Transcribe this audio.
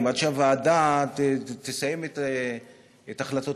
עד שהוועדה תסיים את החלטותיה?